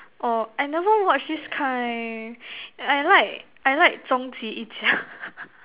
oh I never watch this kind I like I like 终极一家:Zhong Ji Yi Jia